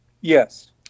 yes